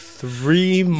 three